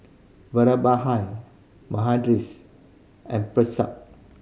Vallabhbhai and